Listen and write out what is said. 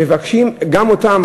מבקשים גם אותם.